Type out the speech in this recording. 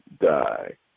die